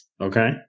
Okay